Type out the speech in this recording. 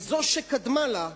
וזו שקדמה לה,